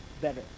better